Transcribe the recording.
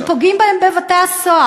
שפוגעים בהם בבתי-הסוהר,